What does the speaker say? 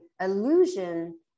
illusion